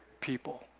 people